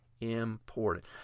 important